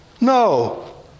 No